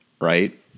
right